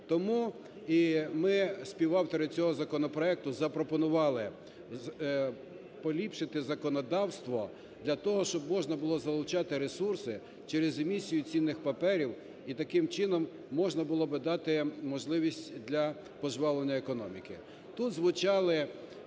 Тому і ми, співавтори цього законопроекту, запропонували поліпшити законодавство для того, щоб можна було залучати ресурси через емісію цінних паперів і таким чином можна було би дати можливість для пожвавлення економіки.